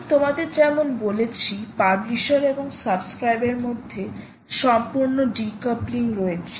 আমি তোমাদের যেমন বলেছি পাবলিশার এবং সাবস্ক্রাইব এর মধ্যে সম্পূর্ণ ডিকাপলিং রয়েছে